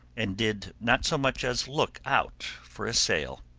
and did not so much as look out for a sail.